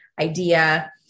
IDEA